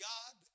God